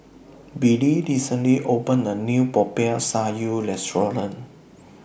Billie recently opened A New Popiah Sayur Restaurant